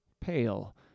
pale